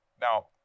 Now